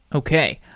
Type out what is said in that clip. okay.